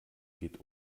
geht